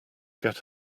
get